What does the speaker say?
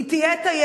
רק מתחיל הדיון.